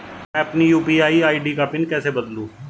मैं अपनी UPI ID का पिन कैसे बदलूं?